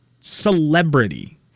celebrity